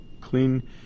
clean